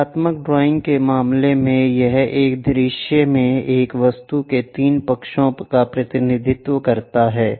चित्रात्मक ड्राइंग के मामले में यह एक दृश्य में एक वस्तु के 3 पक्षों का प्रतिनिधित्व करता है